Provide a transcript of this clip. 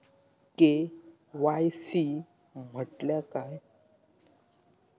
KYC म्हटल्या काय?